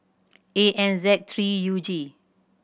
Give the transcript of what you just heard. A N Z three U G